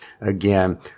again